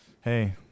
hey